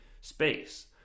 space